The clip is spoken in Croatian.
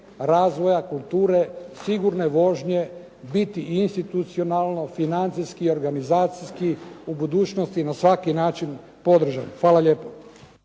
razvoja, kulture, sigurne vojske biti institucionalno financijski i organizacijski u budućnosti na svaki način podržan. Hvala lijepo.